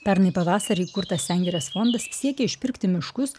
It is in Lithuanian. pernai pavasarį įkurtas sengirės fondas siekia išpirkti miškus